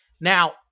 Now